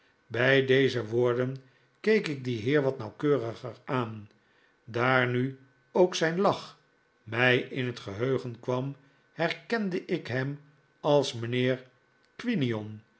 bij deze woorden keek ik dien heer wat nauwkeuriger aan daar nu ook zijn lach mij in het geheugen kwam herkende ik hem als mijnheer quinion